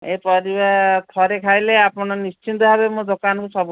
ଏ ପରିବା ଥରେ ଖାଇଲେ ଆପଣ ନିଶ୍ଚିନ୍ତ ଭବେ ମୋ ଦୋକାନକୁ ସବୁ